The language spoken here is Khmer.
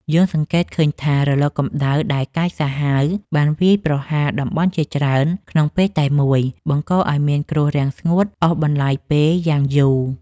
យើងសង្កេតឃើញថា រលកកម្ដៅដែលកាចសាហាវបានវាយប្រហារតំបន់ជាច្រើនក្នុងពេលតែមួយ បង្កឱ្យមានគ្រោះរាំងស្ងួតអូសបន្លាយពេលយ៉ាងយូរ។